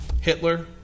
Hitler